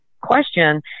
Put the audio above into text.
question